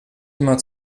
immer